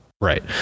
Right